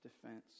defense